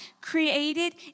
created